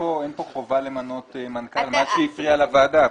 כאן חובה למנות מנכ"ל, מה שהפריע לוועדה.